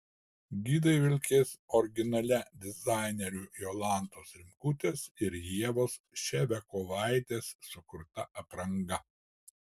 gidai vilkės originalia dizainerių jolantos rimkutės ir ievos ševiakovaitės sukurta apranga